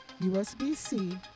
USB-C